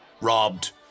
robbed